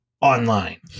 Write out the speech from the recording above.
online